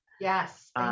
yes